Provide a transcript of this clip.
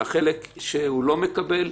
על החלק שלא מקבל,